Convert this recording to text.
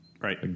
Right